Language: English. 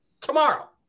tomorrow